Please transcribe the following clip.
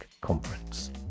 Conference